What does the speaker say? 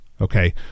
Okay